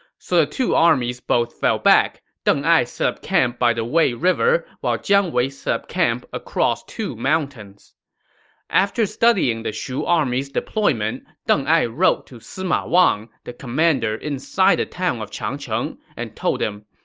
so the two armies both fell back. deng ai set up camp by the wei river, while jiang wei set up camp across two mountains after studying the shu army's deployment, deng ai wrote to sima wang, the commander inside the town of changcheng, and told him,